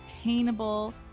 attainable